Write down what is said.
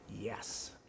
yes